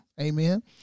Amen